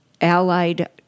allied